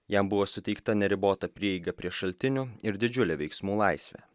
jam buvo suteikta neribota prieiga prie šaltinių ir didžiulė veiksmų laisvė